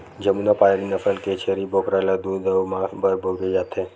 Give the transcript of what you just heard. जमुनापारी नसल के छेरी बोकरा ल दूद अउ मांस बर बउरे जाथे